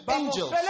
angels